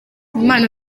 imana